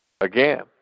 again